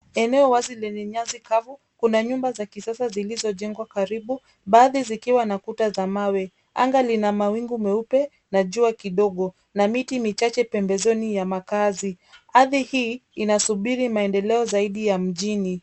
Eneo wazi lenye nyasi kavu. Kuna nyumba za kisasa zilizojengwa karibu ,baadhi zikiwa na kuta za mawe. Anga lina mawingu meupe na jua kidogo na kuna miti michache pembezoni mwa makazi. Ardhi hii inasubiri maendeleo zaidi ya mjini.